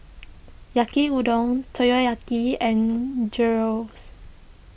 Yaki Udon Takoyaki and Gyros